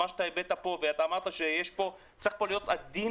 מה שהבעת פה ואמרת שצריך להתקיים דיון